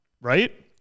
right